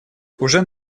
уже